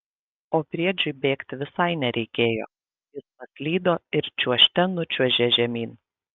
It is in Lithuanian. o briedžiui bėgti visai nereikėjo jis paslydo ir čiuožte nučiuožė žemyn